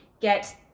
get